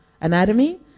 anatomy